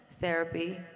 therapy